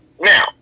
Now